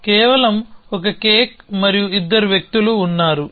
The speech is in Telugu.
కేవలం ఒక కేక్ మరియు ఇద్దరు వ్యక్తులు ఉన్నారు